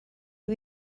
you